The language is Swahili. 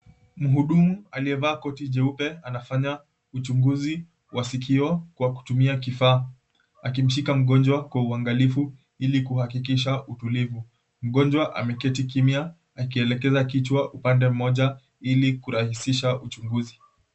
Mhudumu aliyevaa koti jeupe anafanya uchunguzi wa sikio Kwa kutumia kifaa, akimshika mgonjwa kwa uangalifu ili kuhakikisha utulivu. Mgonjwa ameketi kimya, akielekeza kichwa upande mmoja ili kurahisisha uchunguzi.